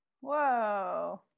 whoa